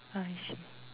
I see